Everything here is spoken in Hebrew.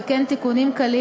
וכן תיקונים קלים